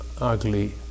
ugly